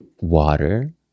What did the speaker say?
water